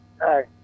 Hi